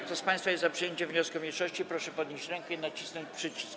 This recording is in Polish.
Kto z państwa jest za przyjęciem wniosku mniejszości, proszę podnieść rękę i nacisnąć przycisk.